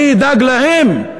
מי ידאג להם?